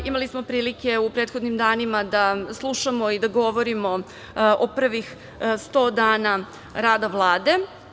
Imali smo prilike u prethodnim danima da slušamo i da govorimo o prvih 100 dana rada Vlade.